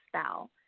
style